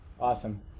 Awesome